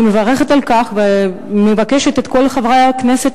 אני מברכת על כך ומבקשת מכל חברי הכנסת